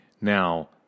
Now